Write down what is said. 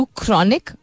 chronic